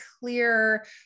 clear